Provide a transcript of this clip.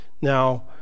Now